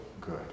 good